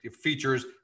features